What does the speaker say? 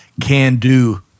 can-do